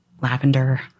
lavender